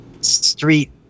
street